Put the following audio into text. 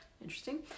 interesting